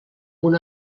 una